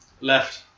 Left